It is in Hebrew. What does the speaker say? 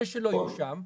אלה שלא יהיו שם,